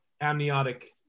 amniotic